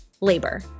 labor